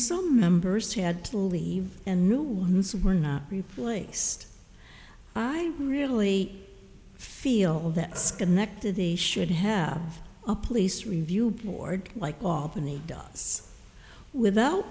some members had to leave and new ones were not replace i really feel that schenectady should have a police review board like often the dots without